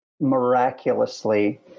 miraculously